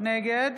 נגד